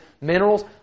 minerals